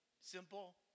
simple